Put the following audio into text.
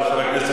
מה עם,